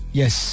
yes